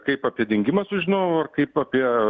kaip apie dingimą sužinojau ar kaip apie